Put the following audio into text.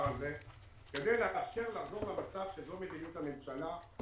כדי לאפשר לחזור למצב שזו מדיניות הממשלה.